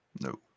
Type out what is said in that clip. No